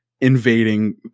invading